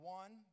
one